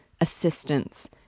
assistance